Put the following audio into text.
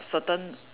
a certain